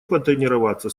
потренироваться